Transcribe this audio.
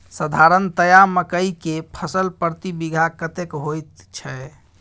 साधारणतया मकई के फसल प्रति बीघा कतेक होयत छै?